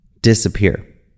disappear